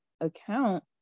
account